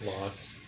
lost